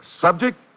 Subject